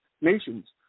nations